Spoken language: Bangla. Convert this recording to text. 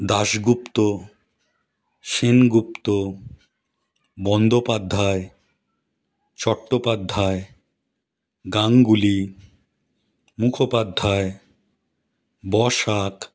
দাশগুপ্ত সেনগুপ্ত বন্দ্যোপাধ্যায় চট্টোপাধ্যায় গাঙ্গুলী মুখোপাধ্যায় বসাক